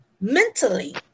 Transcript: mentally